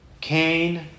Cain